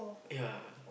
ya